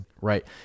Right